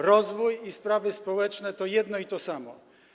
Rozwój i sprawy społeczne to jedno i to samo.